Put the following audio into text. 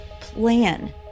plan